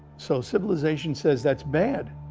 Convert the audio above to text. so civilization says, that's bad.